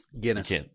Guinness